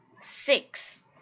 Six